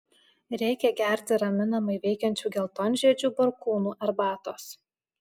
reikia gerti raminamai veikiančių geltonžiedžių barkūnų arbatos